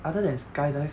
other than skydive